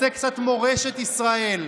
רוצה קצת מורשת ישראל,